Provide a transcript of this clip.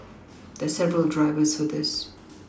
there are several drivers for this